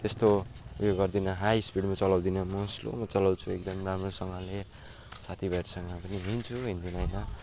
यस्तो उयो गर्दिनँ हाई स्पिडमा चलाउँदिनँ म स्लोमा चलाउँछु एकदम राम्रोसँगले साथी भाइहरूसँग पनि हिँड्छु हिँड्दिनँ होइन